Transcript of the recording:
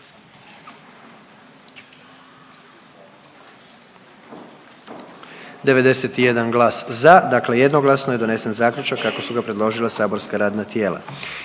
115 za, 2 suzdržana pa smo donijeli zaključak kako su ga predložila saborska radna tijela.